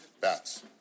Bats